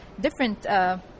different